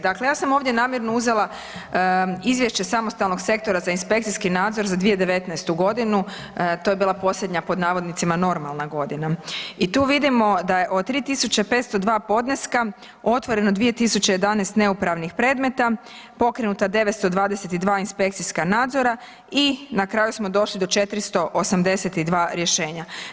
Dakle, ja sam ovdje namjerno uzela izvješće samostalnog Sektora za inspekcijski nadzor za 2019. godinu, to je bila posljednja pod navodnicima normalna godina i tu vidimo da je od 3502 podneska otvoreno 2011. neupravnih predmeta, pokrenuta 922 inspekcijska nadzora i na kraju smo došli do 482 rješenja.